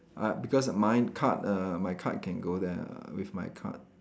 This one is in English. uh because my card err my card can go there with my card